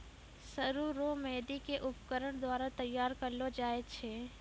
सरु रो मेंहदी के उपकरण द्वारा तैयार करलो जाय छै